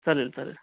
चालेल चालेल